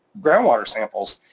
groundwater samples.